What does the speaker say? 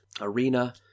arena